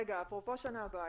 אפרופו שנה הבאה,